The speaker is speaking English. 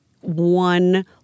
one